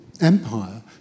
empire